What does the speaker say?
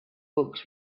books